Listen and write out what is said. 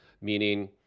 Meaning